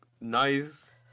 nice